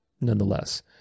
nonetheless